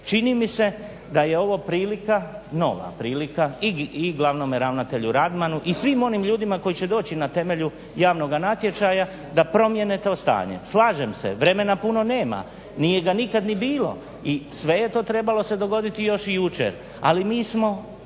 čini mi se da je ovo prilika, nova prilika i glavnome ravnatelju Radmanu i svim onim ljudima koji će doći na temelju javnoga natječaja da promijene to stanje. Slažem se vremena puno nema, nije ga nikada ni bilo i sve je to trebalo dogoditi još i jučer, ali mi smo